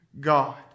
God